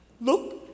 look